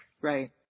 Right